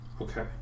Okay